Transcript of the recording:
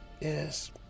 Yes